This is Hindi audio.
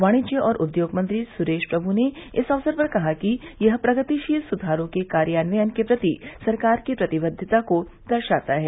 वाणिज्य और उद्योग मंत्री सुरेश प्रमू ने इस अवसर पर कहा कि यह प्रगतिशील सुधारों के कार्यान्वयन के प्रति सरकार की प्रतिबद्दता को दर्शाता है